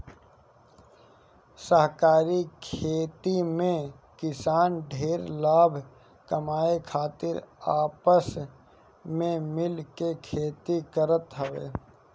सहकारी खेती में किसान ढेर लाभ कमाए खातिर आपस में मिल के खेती करत हवे